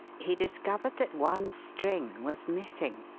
he discovered that one string was missing.